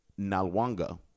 Nalwanga